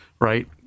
right